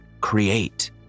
create